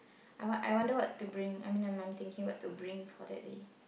I want I wonder what to bring I mean I'm I'm thinking what to bring for that day